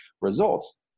results